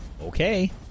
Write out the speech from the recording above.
Okay